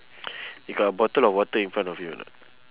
you got a bottle of water in front of you or not